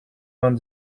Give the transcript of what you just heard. vingt